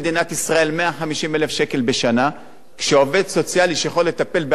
כשעובד סוציאלי שיכול לטפל בעשרה אסירים כאלה עולה 50,000,